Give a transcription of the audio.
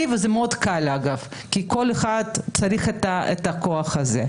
וזה מאוד קל כי כל אחד צריך את הכוח הזה.